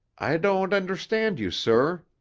i don't understand you, sir,